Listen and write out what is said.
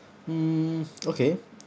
mm okay